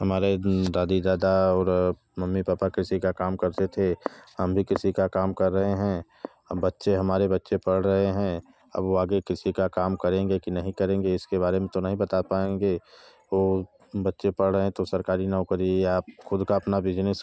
हमारे दादी दादा और मम्मी पापा कृषि का काम करते थे हम भी कृषि का काम कर रहे हैं हम बच्चे हमारे बच्चे पढ़ रहे हैं अब वो आगे कृषि का काम करेंगे कि नहीं करेंगे इसके बारे में तो नहीं बता पाएंगे वो बच्चे पढ़ रहे हैं तो सरकारी नौकरी या ख़ुद का अपना बिजनेस